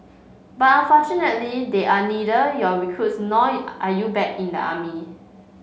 but unfortunately they are neither your recruits nor are you back in the army